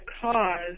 cause